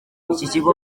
kigo